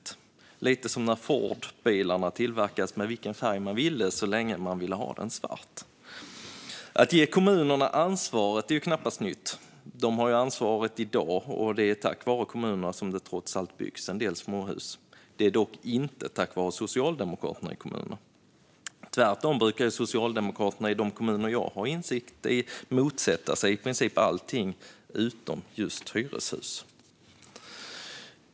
Det är lite som när Fordbilar tillverkades och man kunde få vilken färg man ville så länge det var svart. Att ge kommunerna ansvaret är knappast nytt. De har ansvaret i dag, och det är tack vare kommunerna som det trots allt byggs en del småhus. Det är dock inte tack vare Socialdemokraterna i kommunerna. Tvärtom brukar Socialdemokraterna i de kommuner jag har insyn i motsätta sig i princip allt utom just hyreshus.